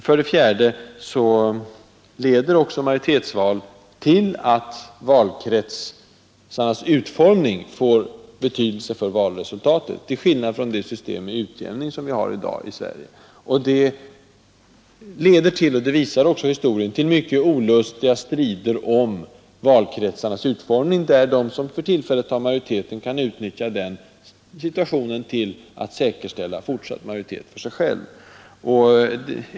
För det fjärde: Majoritetsval leder också till att valkretsarnas utformning får betydelse för valresultatet, till skillnad från det system med utjämning som vi har i dag i Sverige. Historien visar att detta leder till mycket olustiga strider om valkretsarnas utformning, där de som för tillfället har majoriteten kan utnyttja den situationen till att säkerställa fortsatt majoritet för sig själva.